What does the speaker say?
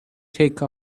take